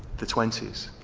the twenty s.